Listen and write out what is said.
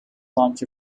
launch